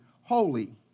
holy